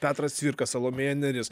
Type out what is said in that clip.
petras cvirka salomėja nėris